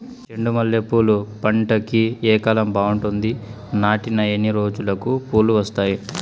చెండు మల్లె పూలు పంట కి ఏ కాలం బాగుంటుంది నాటిన ఎన్ని రోజులకు పూలు వస్తాయి